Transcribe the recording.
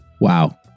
Wow